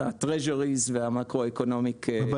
אלא ה-Treasuries וה-Macroeconomic --- אבל